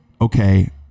okay